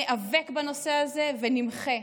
ניאבק בנושא הזה ונמחה.